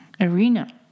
arena